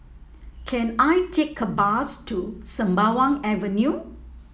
can I take a bus to Sembawang Avenue